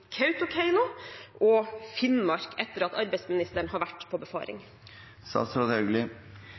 og Finnmark etter at arbeidsministeren har vært på